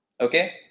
Okay